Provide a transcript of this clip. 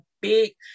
big